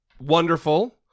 wonderful